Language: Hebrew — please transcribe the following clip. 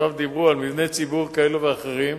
דיברו על מבני ציבור כאלה ואחרים,